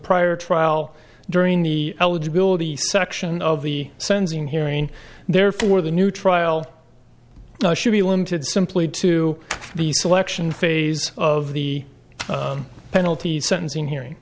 prior trial during the eligibility section of the sensing hearing therefore the new trial should be limited simply to the selection phase of the penalty sentencing hearing